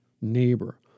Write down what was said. neighbor